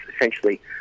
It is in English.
essentially